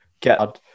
get